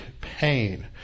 pain